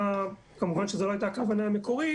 כמובן שזו לא הייתה הכוונה מקורית,